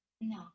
no